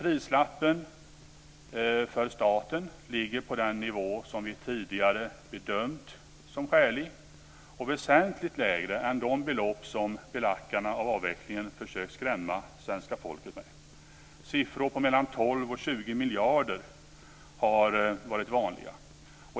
Kostnaden för staten ligger på den nivå som vi tidigare bedömt som skälig och är väsentligt lägre än de belopp som belackarna av avvecklingen försökt att skrämma svenska folket med. Siffror på mellan 12 och 20 miljarder har varit vanliga.